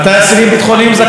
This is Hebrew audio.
מסתבר שכן.